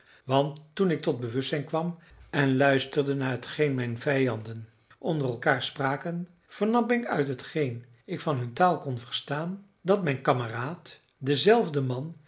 want toen ik tot bewustzijn kwam en luisterde naar hetgeen mijn vijanden onder elkaar spraken vernam ik uit hetgeen ik van hun taal kon verstaan dat mijn kameraad dezelfde man